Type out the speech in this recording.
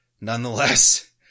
nonetheless